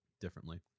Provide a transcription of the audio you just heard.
Differently